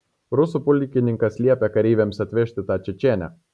rusų pulkininkas liepė kareiviams atvesti tą čečėnę